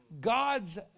God's